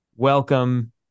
welcome